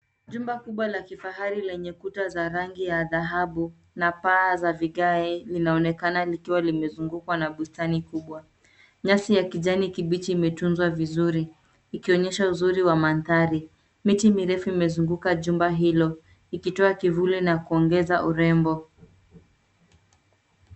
Jumba kubwa la kifahari lenye kuta za rangi ya dhahabu na paa za vigae vinaonekana likiwa limezungukwa na bustani kubwa. Nyasi ya kijani kibichi imetunzwa vizuri ikionyesha uzuri wa mandhari. Miti mirefu imezunguka jumba hilo ikitoa kivuli na kuongeza urembo.